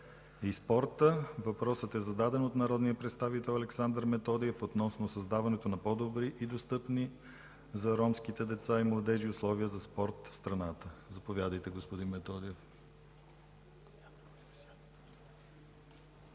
и спорта. Въпросът е зададен от народния представител Александър Методиев относно създаването на по-добри и достъпни за ромските деца и младежи условия за спорт в страната. Заповядайте, господин Методиев. АЛЕКСАНДЪР